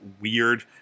Weird